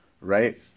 right